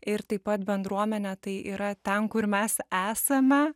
ir taip pat bendruomenė tai yra ten kur mes esame